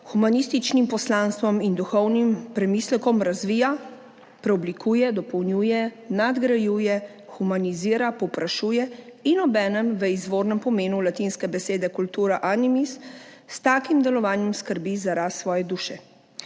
humanističnim poslanstvom in duhovnim premislekom razvija, preoblikuje, dopolnjuje, nadgrajuje, humanizira, povprašuje in obenem v izvornem pomenu latinske besede cultura animi s takim delovanjem skrbi za rast svoje duše.